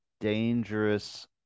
dangerous